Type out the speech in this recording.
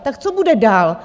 Tak co bude dál?